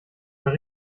mehr